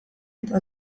eta